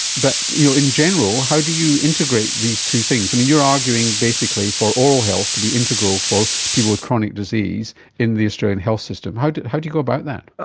but in general how do you integrate these two things? you're arguing basically for oral health to be integral for people with chronic disease in the australian health system. how do how do you go about that?